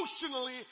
emotionally